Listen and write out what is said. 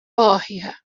bahia